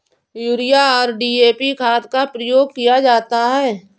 urea और DAP खाद का प्रयोग किया जाता है